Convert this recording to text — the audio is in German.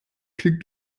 klingt